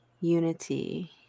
unity